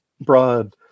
broad